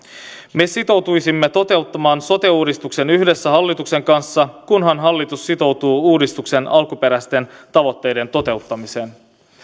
me sitoutuisimme toteuttamaan sote uudistuksen yhdessä hallituksen kanssa kunhan hallitus sitoutuu uudistuksen alkuperäisten tavoitteiden toteuttamiseen